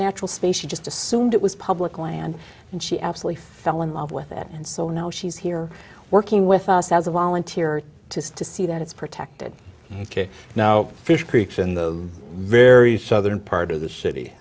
she just assumed it was public land and she absolutely fell in love with it and so now she's here working with us as a volunteer to to see that it's protected ok now fish creek in the very southern part of the city